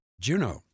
Juno